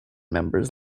members